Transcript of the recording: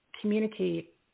communicate